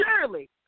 surely